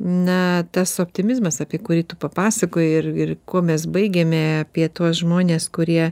na tas optimizmas apie kurį tu papasakojai ir ir kuo mes baigėme apie tuos žmones kurie